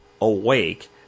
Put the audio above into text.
awake